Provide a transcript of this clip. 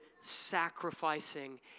sacrificing